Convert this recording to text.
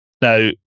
Now